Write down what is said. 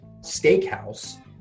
steakhouse